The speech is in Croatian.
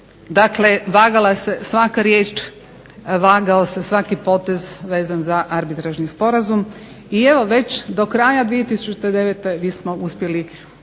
Dakle, vagala se svaka riječ, vagao se svaki potez vezan za arbitražni sporazum i evo već do kraja 2009. mi smo uspjeli